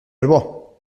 loi